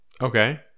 Okay